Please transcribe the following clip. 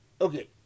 Okay